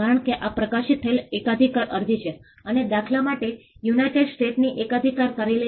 1990 ના દાયકાના પ્રારંભમાં અથવા 1980 ના દાયકાના અંતમાં 1990 માં કેટલીક વસાહતો આવી